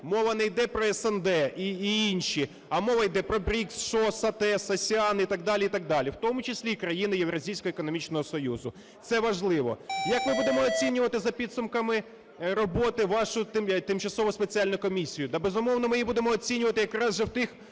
Мова не йде про СНД і інші, а мова йде про БРІКС, ШОС, АТЕС, АСЕАН і так далі, і так далі, в тому числі і країни Євразійського економічного союзу. Це важливо. Як ми будемо оцінювати за підсумками роботи вашу тимчасову спеціальну комісію?